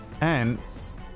Ants